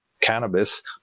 cannabis